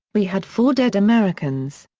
we had four dead americans!